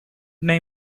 made